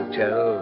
tell